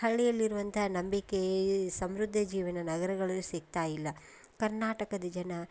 ಹಳ್ಳಿಯಲ್ಲಿರುವಂಥ ನಂಬಿಕೆಯೇ ಸಮೃದ್ಧ ಜೀವನ ನಗರಗಳಲ್ಲಿ ಸಿಗ್ತಾಯಿಲ್ಲ ಕರ್ನಾಟಕದ ಜನ